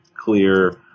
clear